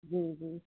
जी जी